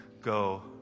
go